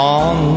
on